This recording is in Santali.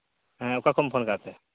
ᱦᱮᱸ ᱚᱠᱟ ᱠᱷᱚᱡ ᱮᱢ ᱯᱷᱳᱱ ᱟᱠᱟᱫᱛᱮ